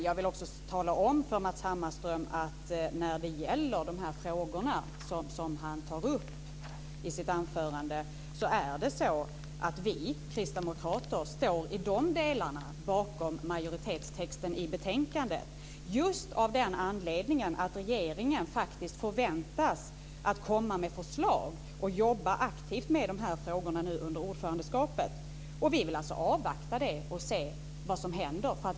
Jag vill också tala om för Matz Hammarström att när det gäller de frågor han tar upp i sitt anförande står vi kristdemokrater bakom majoritetstexten i betänkandet, just av den anledningen att regeringen faktiskt förväntas komma med förslag och jobba aktivt med frågorna under ordförandeskapet. Vi vill alltså avvakta det och se vad som händer.